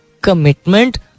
commitment